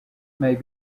may